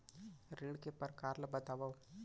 ऋण के परकार ल बतावव?